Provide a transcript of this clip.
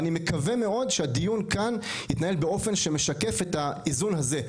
ואני מקווה מאוד שהדיון כאן יתנהל באופן שמשקף את האיזון הזה.